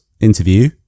interview